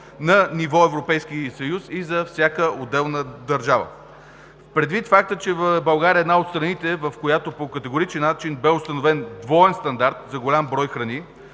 на ниво Европейски съюз и за всяка отделна държава. Предвид факта, че България е една от страните, в която по категоричен начин бе установен двоен стандарт за голям брой храни,